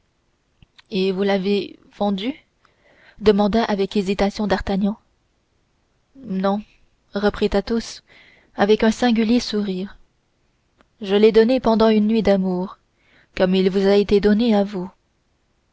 et vous l'avez vendu demanda avec hésitation d'artagnan non reprit athos avec un singulier sourire je l'ai donné pendant une nuit d'amour comme il vous a été donné à vous